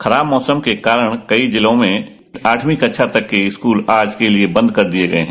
खराब मौसम के कारण कई जिलों में आठ्यी कक्षा तक स्कूल आज तक के लिए बंद कर दिए गये हैं